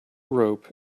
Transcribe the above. rope